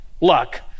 luck